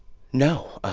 no.